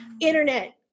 Internet